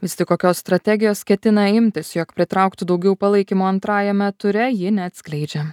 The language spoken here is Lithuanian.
vis tik kokios strategijos ketina imtis jog pritrauktų daugiau palaikymo antrajame ture ji neatskleidžia